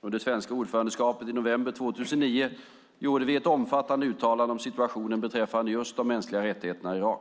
Under det svenska ordförandeskapet i november 2009 gjorde vi ett omfattande uttalande om situationen beträffande just de mänskliga rättigheterna i Irak.